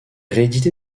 réédité